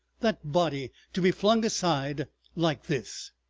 that body to be flung aside like this!